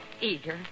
Eager